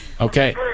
Okay